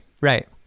right